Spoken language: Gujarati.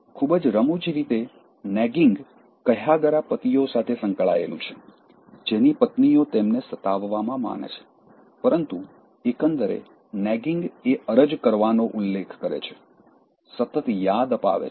ખૂબ જ રમુજી રીતે નેગિંગ કહ્યાગરા પતિઓ સાથે સંકળાયેલું છે જેની પત્નીઓ તેમને સતાવવામાં માને છે પરંતુ એકંદરે નેગિંગ એ અરજ કરવાનો ઉલ્લેખ કરે છે સતત યાદ અપાવે છે